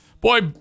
boy